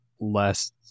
less